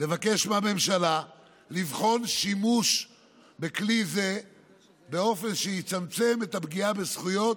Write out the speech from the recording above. לבקש מהממשלה לבחון שימוש בכלי זה באופן שיצמצם את הפגיעה בזכויות